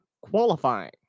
qualifying